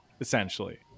Essentially